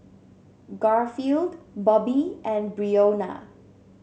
Garfield Bobbye and Breonna